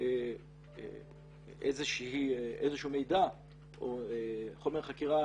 איזה שהוא מידע או חומר חקירה